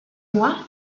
mois